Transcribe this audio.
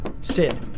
Sid